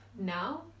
now